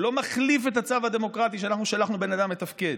הוא לא מחליף את הצו הדמוקרטי שאנחנו שלחנו בן אדם לתפקד.